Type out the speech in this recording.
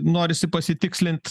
norisi pasitikslint